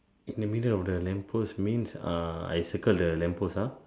in the middle of the lamp post means ah I circle the lamp post ah